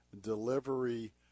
delivery